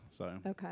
Okay